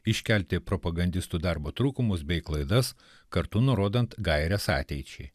iškelti propagandistų darbo trūkumus bei klaidas kartu nurodant gaires ateičiai